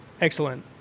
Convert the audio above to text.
excellent